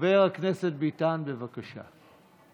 חבר הכנסת ביטן, בבקשה.